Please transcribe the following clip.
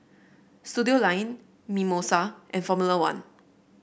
Studioline Mimosa and Formula One